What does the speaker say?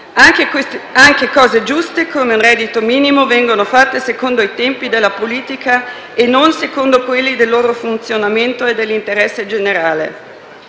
Anche cose giuste, come un reddito minimo, vengono fatte secondo i tempi della politica e non secondo quelli del loro funzionamento e dell'interesse generale.